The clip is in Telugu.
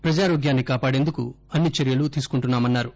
ప్రజారోగ్యాన్ని కాపాడేందుకు అన్ని చర్యలు తీసుకుంటున్నారు